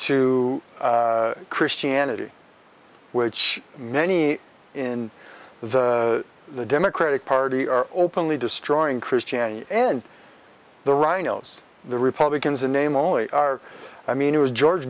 to christianity which many in the democratic party are openly destroying christianity and the rhinos the republicans in name only are i mean it was george